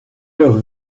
leurs